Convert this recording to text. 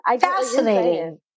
fascinating